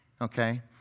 okay